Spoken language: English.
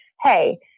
Hey